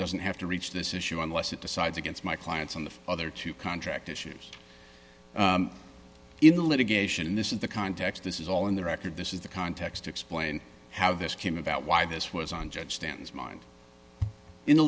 doesn't have to reach this issue unless it decides against my clients on the other two contract issues in the litigation this is the context this is all in the record this is the context explain how this came about why this was on judge stan's mind in